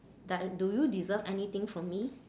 doe~ do you deserve anything from me